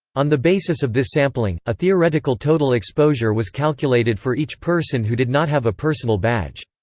on the basis of this sampling, a theoretical total exposure was calculated for each person who did not have a personal badge.